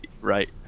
right